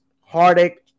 heartache